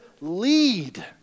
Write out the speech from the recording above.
lead